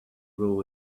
rule